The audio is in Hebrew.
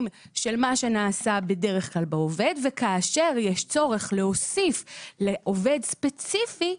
של מה שנעשה בדרך כלל עם העובד וכאשר יש צורך להוסיף לעובד ספציפי,